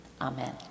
Amen